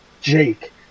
Jake